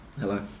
Hello